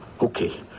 Okay